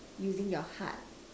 using your heart